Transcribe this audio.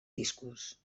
discos